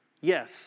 Yes